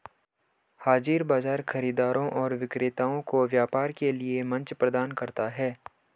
हाज़िर बाजार खरीदारों और विक्रेताओं को व्यापार के लिए मंच प्रदान करता है